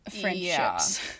friendships